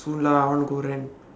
soon lah I wanna go rent